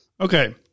Okay